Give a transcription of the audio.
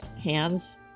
hands